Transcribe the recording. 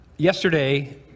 Yesterday